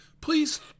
Please